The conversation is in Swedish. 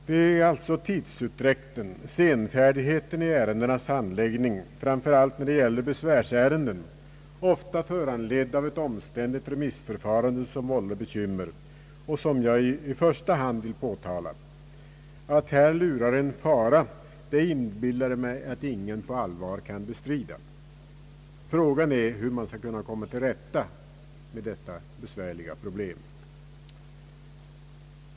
Det är alltså tidsutdräkten, senfärdigheten i ärendenas handläggning, framför allt när det gäller besvärsärenden, ofta föranledd av ett omständligt remissförfarande, som vållar bekymmer och som jag i första hand vill påtala. Att här lurar en fara kan, inbillar jag mig, ingen på allvar bestrida. Frågan är hur man skall kunna komma till rätta med detta besvärliga problem.